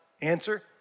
Answer